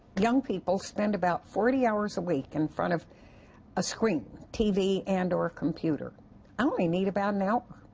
young people spend about forty hours a week in front of a screen, tv and or computer. i only need about an hour.